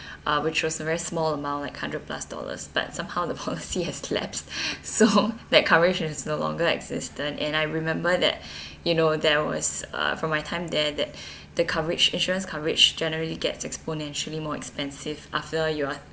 uh which was a very small amount like hundred plus dollars but somehow the policy has lapsed so that coverage is no longer existed and I remember that you know there was uh from my time there that the coverage insurance coverage generally gets exponentially more expensive after you are